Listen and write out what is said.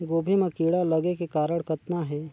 गोभी म कीड़ा लगे के कारण कतना हे?